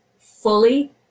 fully